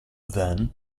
then